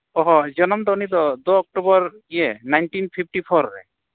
ᱚ ᱦᱚᱸ ᱡᱚᱱᱚᱢ ᱫᱚ ᱩᱱᱤ ᱫᱚ ᱫᱳ ᱚᱠᱴᱚᱵᱚᱨ ᱤᱭᱟᱹ ᱱᱟᱭᱤᱱᱴᱤᱱ ᱯᱷᱤᱯᱴᱤ ᱯᱷᱳᱨ ᱨᱮ